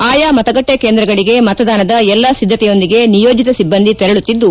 ಆಯಾ ಮತಗಟ್ಟೆ ಕೇಂದ್ರಗಳಿಗೆ ಮತದಾನದ ಎಲ್ಲ ಸಿದ್ದತೆಯೊಂದಿಗೆ ನಿಯೋಜಿತ ಸಿಬ್ಲಂದಿ ತೆರಳುತ್ತಿದ್ದು